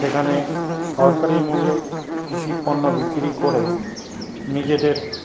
যেখানে সরকারি মূল্যে কৃষি পণ্য বিক্রি করে নিজেদের